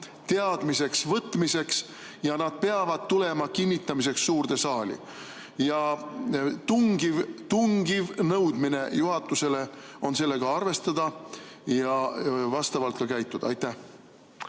teadmiseks võtmiseks ja nad peavad tulema kinnitamiseks suurde saali. Tungiv nõudmine juhatusele on sellega arvestada ja vastavalt ka käituda. Aitäh!